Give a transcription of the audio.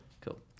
Cool